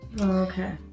Okay